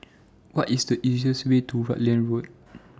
What IS The easiest Way to Rutland Road